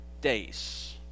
days